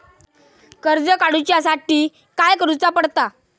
कर्ज काडूच्या साठी काय करुचा पडता?